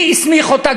מי הסמיך אותה,